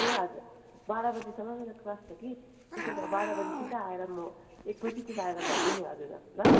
ए हजुर बाह्र बजीसम्म मेरो क्लास छ कि त्यसो भए बाह्र बजी सिधै आएर म एक बजीतिर आएर लगाउँछु नि हजुर ल